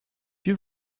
you